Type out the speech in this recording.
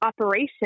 operation